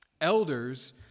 Elders